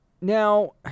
Now